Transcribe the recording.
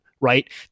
right